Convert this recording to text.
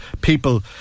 people